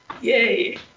Yay